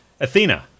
Athena